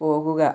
പോകുക